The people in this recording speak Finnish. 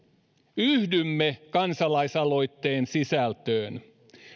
yhdymme kansalaisaloitteen sisältöön